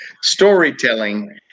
storytelling